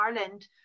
Ireland